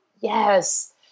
Yes